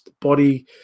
body